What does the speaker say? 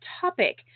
topic